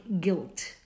guilt